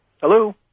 Hello